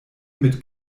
mit